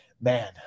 man